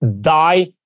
die